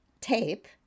tape